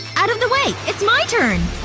out of the way, it's my turn